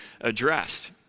addressed